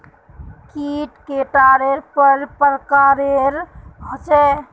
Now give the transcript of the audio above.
कीट कैडा पर प्रकारेर होचे?